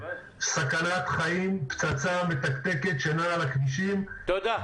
סכנת חיים, פצצה מתקתקת שנעה על הכבישים -- תודה.